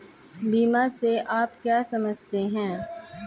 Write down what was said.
बीमा से आप क्या समझते हैं?